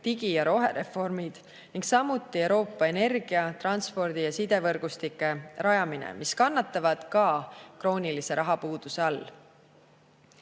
digi- ja rohereformid, samuti Euroopa energia-, transpordi- ja sidevõrgustike rajamine, mis kannatavad kroonilise rahapuuduse all.